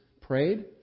prayed